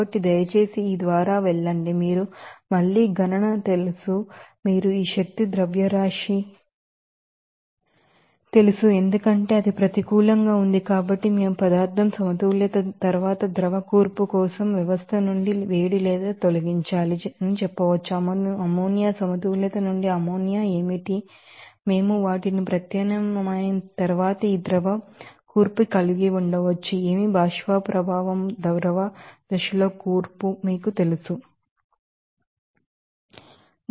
కాబట్టి దయచేసి ఈ ద్వారా వెళ్ళండి మీరు మళ్ళీ గణన తెలుసు మీరు ఈ మాస్ అఫ్ ఎనర్జీ తెలుసు ఎందుకంటే అది ప్రతికూలంగా ఉంది కాబట్టి మేము పదార్థం సమతుల్యత తర్వాత లిక్విడ్ కంపోసిషన్ కోసం వ్యవస్థ నుండి వేడి తొలగించాలి చెప్పవచ్చు అమ్మోనియా సమతుల్యత నుండి ఆ అమ్మోనియా ఏమిటి మేము వాటిని ప్రత్యామ్నాయం తర్వాత ఈ ద్రవ కూర్పు కలిగి ఉండవచ్చు ఏమి భాష్పమరియు లిక్విడ్ కంపోసిషన్ మీకు తెలుసు